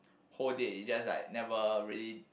whole day you just like never really